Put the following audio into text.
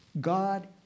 God